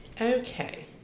Okay